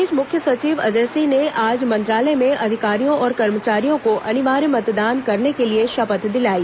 इस बीच मुख्य सचिव अजय सिंह ने आज मंत्रालय में अधिकारियों और कर्मचारियों को अनिवार्य मतदान करने के लिए शपथ दिलाई